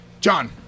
John